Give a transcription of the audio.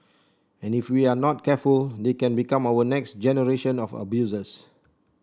and if we are not careful they can become our next generation of abusers